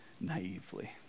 naively